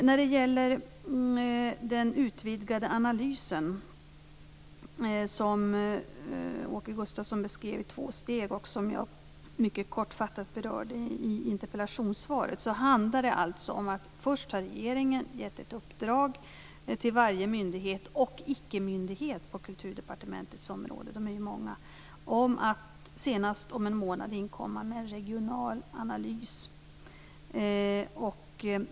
Åke Gustavsson beskrev den utvidgade analysen i två steg, och jag berörde den mycket kortfattat i interpellationssvaret. Den handlar om att regeringen först har gett ett uppdrag till varje myndighet och ickemyndighet - de är ju många - på Kulturdepartementets område om att senast om en månad inkomma med en regional analys.